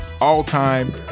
all-time